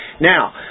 Now